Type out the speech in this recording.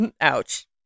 Ouch